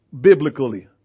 biblically